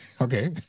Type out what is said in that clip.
okay